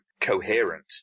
coherent